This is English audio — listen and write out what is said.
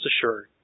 assured